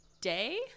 Day